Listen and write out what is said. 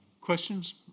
Questions